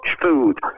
food